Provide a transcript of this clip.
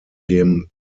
dem